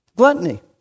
Gluttony